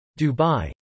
Dubai